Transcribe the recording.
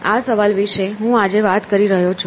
આ સવાલ વિશે હું આજે વાત કરી રહ્યો છું